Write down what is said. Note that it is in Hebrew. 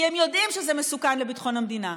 כי הם יודעים שזה מסוכן לביטחון המדינה.